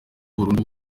burundu